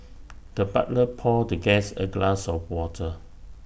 the butler poured the guest A glass of water